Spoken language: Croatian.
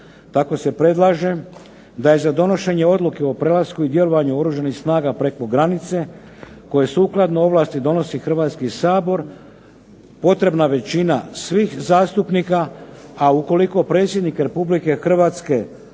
Tako se predlaže da za donošenje odluke o prelasku i djelovanju Oružanih snaga preko granice koje sukladno ovlasti donosi Hrvatski sabor, potrebna većina svih zastupnika, a ukoliko Predsjednik Republike Hrvatske